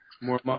more